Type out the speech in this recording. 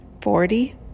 forty